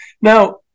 Now